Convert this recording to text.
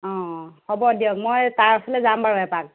অঁ হ'ব দিয়ক মই তাৰ ওচৰলৈ যাম বাৰু এপাক